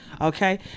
okay